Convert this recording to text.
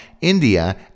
India